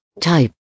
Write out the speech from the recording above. type